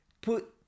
put